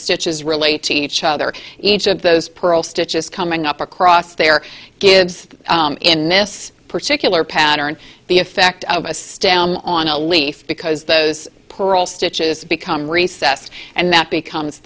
stitches relate to each other each of those pearl stitches coming up across their kids in this particular pattern the effect of a stem on a leaf because those poor old stitches become recessed and that becomes